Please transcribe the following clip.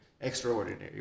extraordinary